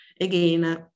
again